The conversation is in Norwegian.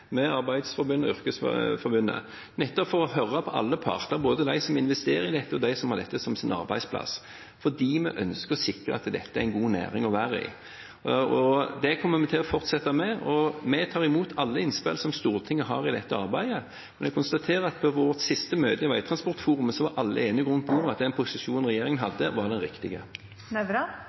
med NLF, med Norsk Transportarbeiderforbund og Yrkestrafikkforbundet, nettopp for å høre alle parter – både dem som investerer i dette, og dem som har dette som sin arbeidsplass, for vi ønsker å sikre at dette skal være en god næring å være i. Det kommer vi til å fortsette med, og vi tar imot alle innspill som Stortinget har i dette arbeidet. Men jeg konstaterer at på vårt siste møte i veitransportforumet var alle enige om at den posisjonen regjeringen hadde, var den